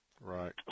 Right